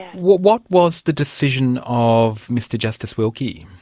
what was the decision of mr justice wilkie?